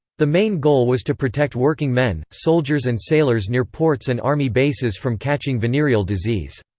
the main goal was to protect working men, soldiers and sailors near ports and army bases from catching venereal disease.